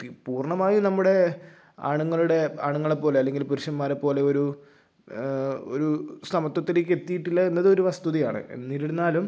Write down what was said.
ഈ പൂർണ്ണമായും നമ്മുടെ ആണുങ്ങളുടെ ആണുങ്ങളെപ്പോലെ അല്ലങ്കിൽ പരുഷന്മാരെ പോലെ ഒരു ഒരു സമത്വത്തിലേക്ക് എത്തിയിട്ടില്ല എന്നത് ഒരു വസ്തുതയാണ് എന്നിരുന്നാലും